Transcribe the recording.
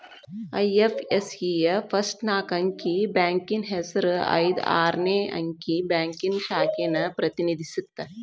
IFSC ಯ first ನಾಕ್ ಅಂಕಿ ಬ್ಯಾಂಕಿನ್ ಹೆಸರ ಐದ್ ಆರ್ನೆ ಅಂಕಿ ಬ್ಯಾಂಕಿನ್ ಶಾಖೆನ ಪ್ರತಿನಿಧಿಸತ್ತ